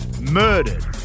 murdered